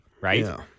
right